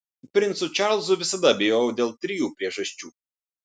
princu čarlzu visada abejojau dėl trijų priežasčių